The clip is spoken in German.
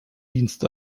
dienst